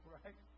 right